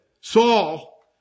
Saul